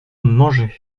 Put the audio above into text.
manger